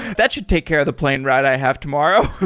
that should take care of the plane ride i have tomorrow.